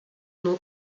nom